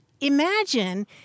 imagine